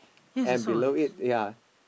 and below it ya